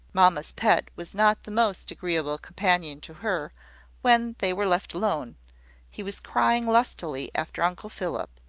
mamma's pet was not the most agreeable companion to her when they were left alone he was crying lustily after uncle philip,